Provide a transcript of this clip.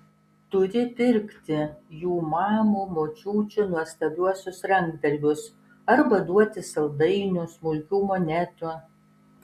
turi pirkti jų mamų močiučių nuostabiuosius rankdarbius arba duoti saldainių smulkių monetų